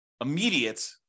immediate